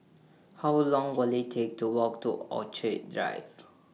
How Long Will IT Take to Walk to Orchid Drive